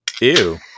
Ew